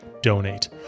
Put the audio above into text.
donate